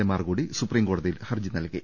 എമാർകൂടി supreme കോടതി യിൽ ഹർജി നൽകി